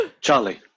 charlie